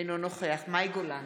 אינו נוכח מאי גולן,